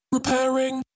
repairing